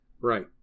right